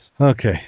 Okay